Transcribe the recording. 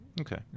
Okay